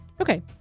okay